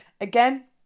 again